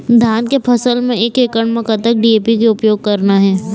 धान के फसल म एक एकड़ म कतक डी.ए.पी के उपयोग करना हे?